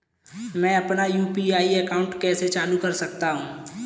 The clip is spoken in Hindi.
मैं अपना यू.पी.आई अकाउंट कैसे चालू कर सकता हूँ?